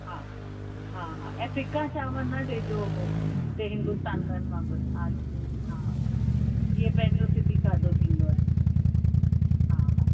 हा हा हा ऐं फिका चांवर न ॾिजो हुते हिंदुस्ताननि वांगुरु हा लूणु विझी हा जीअं पंहिंजो सिंधी खाधो थींदो आहे हा हा